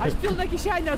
aš pilną kišenę